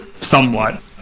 somewhat